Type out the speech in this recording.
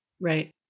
Right